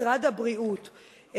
משרד הבריאות,